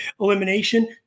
elimination